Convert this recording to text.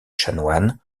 chanoines